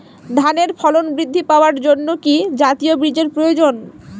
ধানে ফলন বৃদ্ধি পাওয়ার জন্য কি জাতীয় বীজের প্রয়োজন?